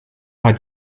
hat